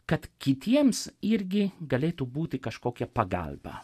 kad kitiems irgi galėtų būti kažkokia pagalba